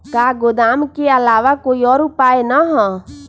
का गोदाम के आलावा कोई और उपाय न ह?